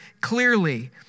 clearly